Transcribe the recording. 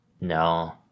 No